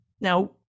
now